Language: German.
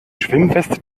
schwimmweste